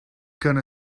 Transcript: gonna